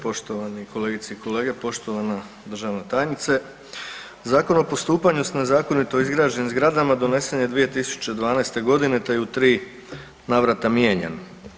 Poštovani kolegice i kolege, poštovana državna tajnice Zakon o postupanju sa nezakonito izgrađenim zgradama donesen je 2012. godine te je u tri navrata mijenjan.